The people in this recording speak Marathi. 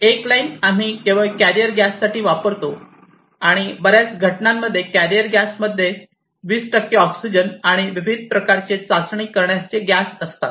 एक लाईन आम्ही केवळ कॅरियर गॅससाठी वापरतो आणि बर्याच घटनांमध्ये कॅरियर गॅस मध्ये 20 टक्के ऑक्सिजन आणि विविध प्रकारचे चाचणी करण्यासाठी चे गॅस असतात